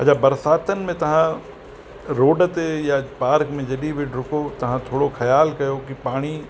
अछा बरसातियुनि में तव्हां रोड ते या पार्क में जॾहिं बि डुको तव्हां थोरो ख़्यालु कयो की पाणी